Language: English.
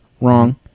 Wrong